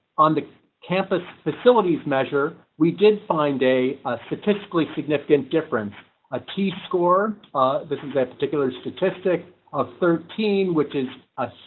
on the campus facilities measure we did find a ah fiscally like significant difference a t-score this is that particular statistic of thirteen which is a